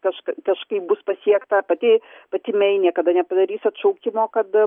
kažk kažkaip bus pasiekta pati pati mei niekada nepadarys atšaukimo kad